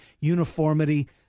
uniformity